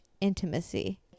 intimacy